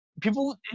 People